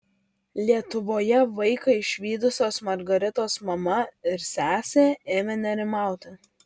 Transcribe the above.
lietuvoje vaiką išvydusios margaritos mama ir sesė ėmė nerimauti